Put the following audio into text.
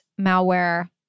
malware